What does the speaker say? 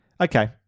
okay